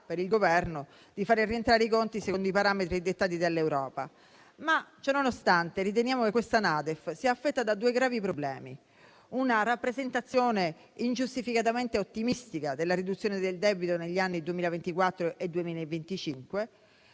per il Governo di far rientrare i conti secondo i parametri dettati dall'Europa. Ma, ciònonostante, riteniamo che questa NADEF sia affetta da due gravi problemi: una rappresentazione ingiustificatamente ottimistica della riduzione del debito negli anni 2024 e 2025,